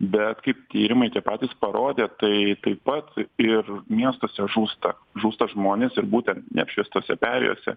be kaip tyrimai tie patys parodė tai taip pat ir miestuose žūsta žūsta žmonės ir būtent neapšviestose perėjose